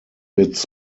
its